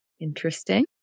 interesting